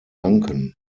danken